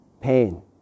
pain